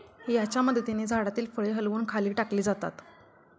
याच्या मदतीने झाडातील फळे हलवून खाली टाकली जातात